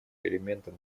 элементом